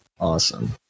Awesome